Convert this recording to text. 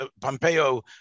Pompeo